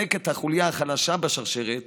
שמחזק את החוליה החלשה בשרשרת